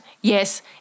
yes